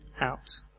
out